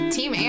Team